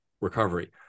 recovery